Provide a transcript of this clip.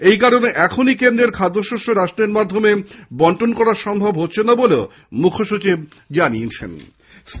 এই কারণে এখনই কেন্দ্রের খাদ্যশস্য রেশনের মাধ্যমে বণ্টন করা সম্ভব হচ্ছে না বলেও মুখ্যসচিব জানিয়েছেন